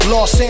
Los